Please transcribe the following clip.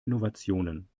innovationen